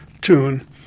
tune